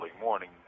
morning